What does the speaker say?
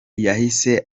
yahise